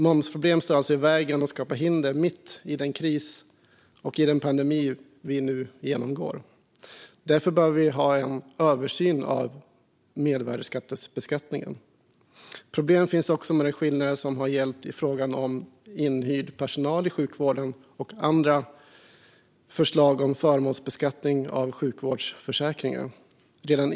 Momsproblem står alltså i vägen och skapar hinder mitt i den kris och pandemi vi genomgår. Därför behöver vi göra en översyn av mervärdesbeskattningen. Problem finns också med de skillnader som har gällt i fråga om inhyrd personal i sjukvården och andra förslag om förmånsbeskattning av sjukvårdsförsäkringar.